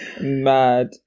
mad